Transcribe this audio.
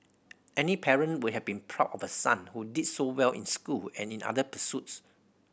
any parent would have been proud of a son who did so well in school and in other pursuits